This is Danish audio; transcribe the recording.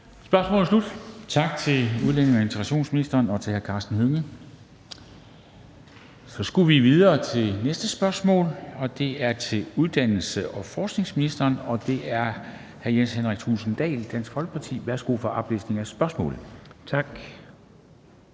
Spørgsmålet er slut. Tak til udlændinge- og integrationsministeren og til hr. Karsten Hønge. Så skal vi videre til næste spørgsmål. Det er til uddannelses- og forskningsministeren, og det er af hr. Jens Henrik Thulesen Dahl, Dansk Folkeparti. Kl. 14:15 Spm. nr.